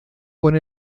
con